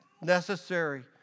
necessary